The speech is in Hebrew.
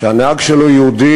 שהנהג שלו יהודי,